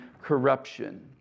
corruption